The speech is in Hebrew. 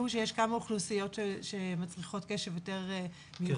הבינו שיש כמה אוכלוסיות שמצריכות קשב יותר מיוחד.